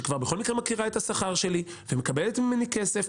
שכבר מכירה את השכר שלי וכבר מקבלת ממני כסף,